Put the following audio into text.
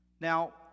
now